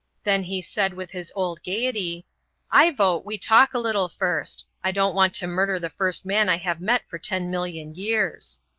then he said with his old gaiety i vote we talk a little first i don't want to murder the first man i have met for ten million years.